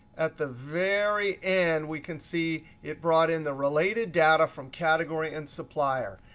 at the very end, we can see it brought in the related data from category and supplier.